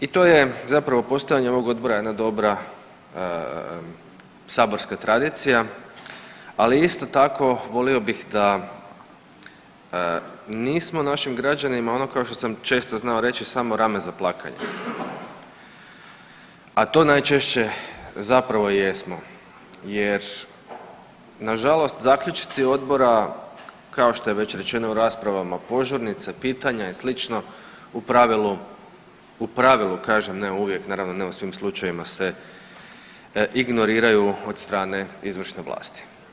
I to je zapravo postojanje ovog odbora jedna dobra saborska tradicija, ali isto tako volio bih da nismo našim građanima ono kao što sam često znao reći samo rame za plakanje, a to najčešće zapravo i jesmo jer nažalost zaključci odbora kao što je već rečeno u raspravama, požurnice, pitanja i slično u pravilu, u pravilu kažem ne uvijek naravno ne u svim slučajevima se ignoriraju od strane izvršne vlasti.